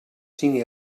cinc